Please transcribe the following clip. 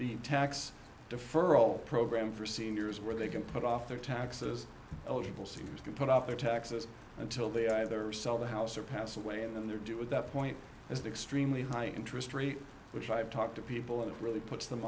the tax deferral program for seniors where they can put off their taxes eligible seniors can put up their taxes until they either sell the house or pass away and then their due at that point has the extremely high interest rate which i've talked to people and it really puts them